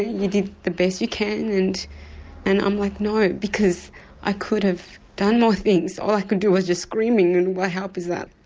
you did the best you can and and i'm like no, i could have done more things. all i could do was just screaming and what help is that.